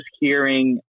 hearing